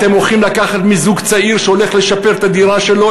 אתם הולכים לקחת מזוג צעיר שהולך לשפר את הדירה שלו,